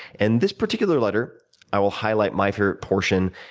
and this particular letter i will highlight my favorite portion,